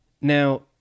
Now